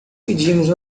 pedimos